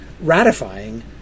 ratifying